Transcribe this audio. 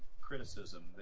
criticism